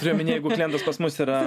turiu omeny jeigu klientas pas mus yra